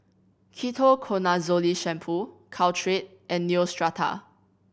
Ketoconazole Shampoo Caltrate and Neostrata